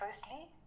Firstly